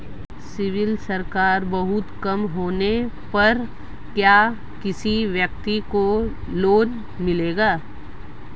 CIBIL score बहुत कम होने पर क्या किसी व्यक्ति को लोंन मिलेगा?